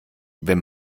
wenn